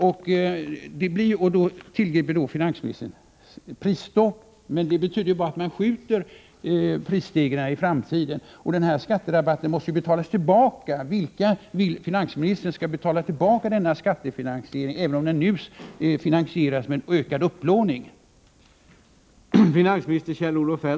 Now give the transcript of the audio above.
Finansministern tillgriper i stället prisstopp, men det betyder bara att man skjuter prisstegringarna på framtiden. Den här skatterabatten finansieras nu med ökad upplåning. Den måste betalas tillbaka. Vilka är det som finansministern vill skall betala tillbaka den?